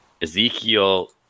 Ezekiel